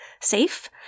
safe